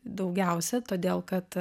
daugiausia todėl kad